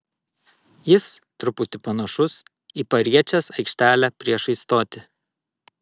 jis truputį panašus į pariečės aikštelę priešais stotį